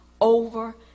over